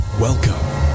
Welcome